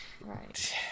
right